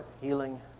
healing